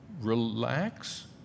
relax